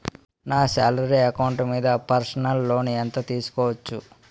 నా salary account మీద personal loan ఎంత తీసుకోవచ్చు?